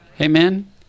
Amen